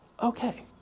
Okay